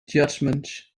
judgements